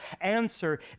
Answer